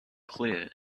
clear